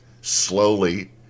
slowly